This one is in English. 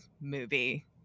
movie